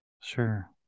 Sure